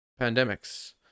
pandemics